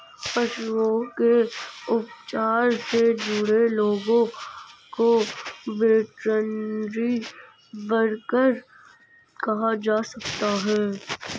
पशुओं के उपचार से जुड़े लोगों को वेटरनरी वर्कर कहा जा सकता है